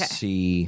see